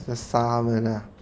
要杀它们 ah